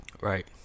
right